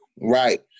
Right